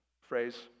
phrase